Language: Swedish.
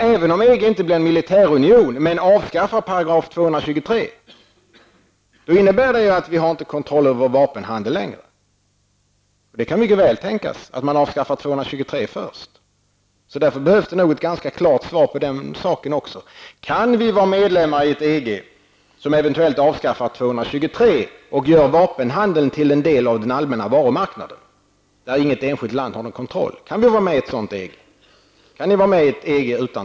Även om EG inte blir en militärunion, men avskaffar § 223, innebär det att vi inte har kontroll över vapenhandeln längre. Det kan mycket väl tänkas att man avskaffar § 223 först. Därför behövs det nog ett ganska klart besked i den frågan också. Kan vi vara medlemmar i ett EG som eventuellt avskaffar § 223 och gör vapenhandeln till en del av den allmänna varumarknaden där inget enskilt land har någon kontroll? Kan vi vara med i ett EG utan